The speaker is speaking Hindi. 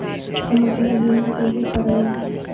हम अपना बीमा कैसे कराए?